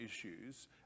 issues